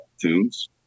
tunes